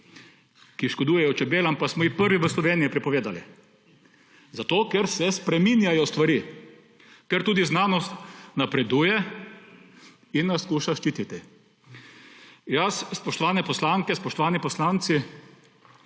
ki škodujejo čebelam, pa smo jih prvi v Sloveniji prepovedali; zato ker se spreminjajo stvari, ker tudi znanost napreduje in nas skuša ščititi. Jaz, spoštovane poslanke, spoštovani poslanci,